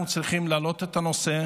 אנחנו צריכים להעלות את הנושא